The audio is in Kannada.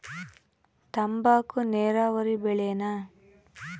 ತಂಬಾಕು ನೇರಾವರಿ ಬೆಳೆನಾ?